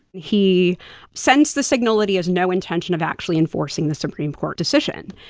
he sends the signal that he has no intention of actually enforcing the supreme court decision.